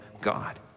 God